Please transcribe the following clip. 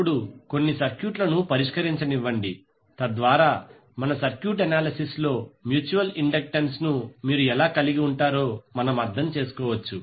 ఇప్పుడు కొన్ని సర్క్యూట్లను పరిష్కరించనివ్వండి తద్వారా మన సర్క్యూట్ అనాలిసిస్ లో మ్యూచువల్ ఇండక్టెన్స్ ను మీరు ఎలా కలిగి ఉంటారో మనము అర్థం చేసుకోవచ్చు